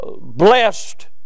blessed